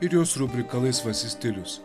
ir jos rubrika laisvasis stilius